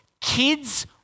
Kids